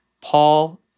Paul